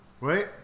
Wait